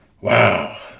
Wow